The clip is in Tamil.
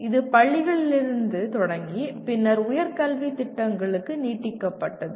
இது பள்ளிகளிலிருந்து தொடங்கி பின்னர் உயர் கல்வித் திட்டங்களுக்கு நீட்டிக்கப்பட்டது